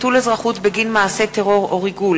ביטול אזרחות בגין מעשה טרור או ריגול),